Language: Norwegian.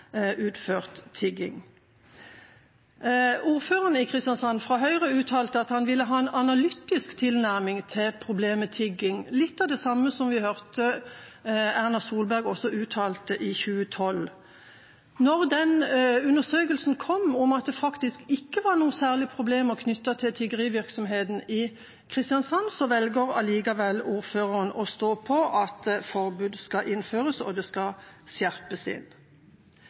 tigging. Ordføreren i Kristiansand, fra Høyre, uttalte at han ville ha en analytisk tilnærming til problemet tigging – litt av det samme som vi hørte Erna Solberg også uttalte i 2012. Da undersøkelsen som viste at det faktisk ikke var noen særlige problemer knyttet til tiggerivirksomheten i Kristiansand, kom, valgte allikevel ordføreren å stå på at forbudet skal innføres, og det skal skjerpes inn.